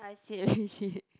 I serial hit